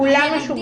כולם משובצים?